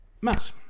Mass